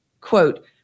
quote